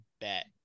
bet